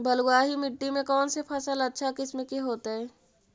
बलुआही मिट्टी में कौन से फसल अच्छा किस्म के होतै?